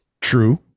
True